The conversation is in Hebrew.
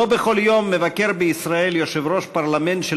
לא בכל יום מבקר בישראל יושב-ראש פרלמנט של